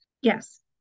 Yes